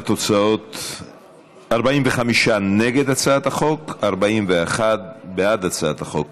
45 נגד הצעת החוק, 41 בעד הצעת החוק.